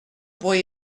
boy